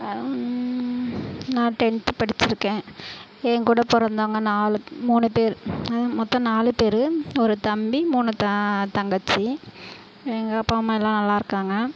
நான் டென்த்து படிச்சிருக்கேன் என்கூட பிறந்தவங்க நாலு மூணு பேர் மொத்தம் நாலு பேர் ஒரு தம்பி மூணு த தங்கச்சி எங்கள் அப்பா அம்மா எல்லாம் நல்லாயிருக்காங்க